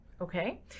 Okay